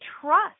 trust